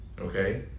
Okay